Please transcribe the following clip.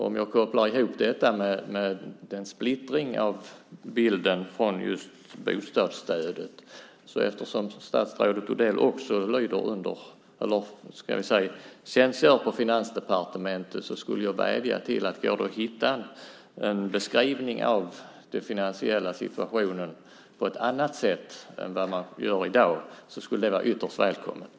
När jag kopplar ihop detta med den splittrade bilden i fråga om bostadsstödet skulle jag vilja framföra en vädjan - eftersom statsrådet Odell också tjänstgör på Finansdepartementet: Gick det att hitta ett annat sätt att beskriva den finansiella situationen än i dag skulle det vara ytterst välkommet.